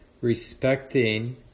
respecting